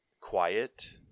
quiet